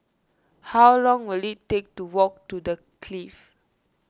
how long will it take to walk to the Clift